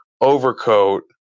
overcoat